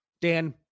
Dan